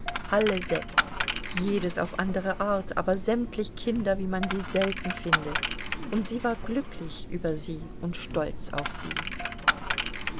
alle sechs jedes auf andere art aber sämtlich kinder wie man sie selten findet und sie war glücklich über sie und stolz auf sie